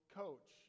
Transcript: coach